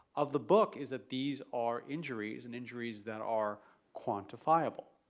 of the book, is that these are injuries and injuries that are quantifiable.